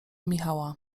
michała